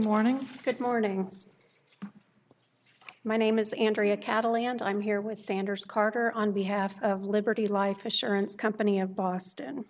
good morning my name is andrea cattleya and i'm here with sanders carter on behalf of liberty life assurance company of boston